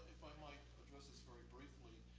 if i might address this very briefly,